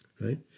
right